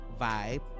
vibe